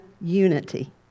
Unity